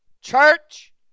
church